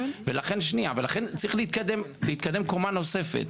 לכן צריך להתקדם קומה נוספת.